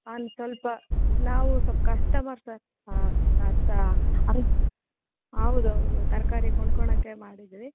ಒಂದ್ ಸ್ವಲ್ಪ ನಾವು ಸ್ವಲ್ಪ ಕಸ್ಟಮರ್ ಸರ್ ಹಾಂ ಹೌದ್ ಹೌದು ತರಕಾರಿ ಕೊಂಡುಕೊಣೊಕೆ ಮಾಡಿದ್ವಿ